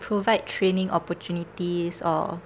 provide training opportunities or